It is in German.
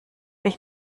ich